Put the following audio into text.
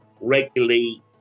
regularly